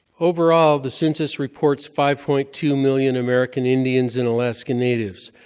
overall, the census reports five point two million american indians and alaskan natives.